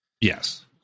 yes